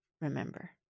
remember